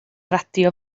radio